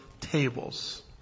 tables